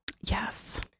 Yes